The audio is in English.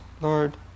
Lord